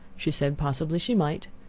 she said possibly she might,